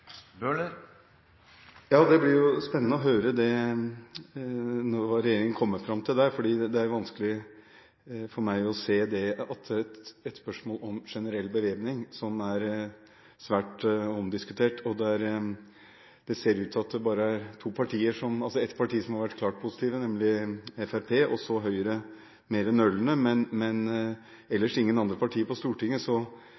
Ja, det blir spennende å høre når regjeringen kommer fram til det. Det er vanskelig for meg å se at når det gjelder generell bevæpning – som er svært omdiskutert, og hvor det ser ut til at det bare er ett parti som har vært klart positivt, nemlig Fremskrittspartiet, og så Høyre mer nølende, men